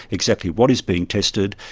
exactly what is being tested.